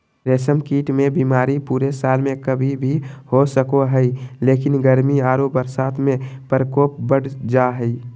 रेशम कीट मे बीमारी पूरे साल में कभी भी हो सको हई, लेकिन गर्मी आरो बरसात में प्रकोप बढ़ जा हई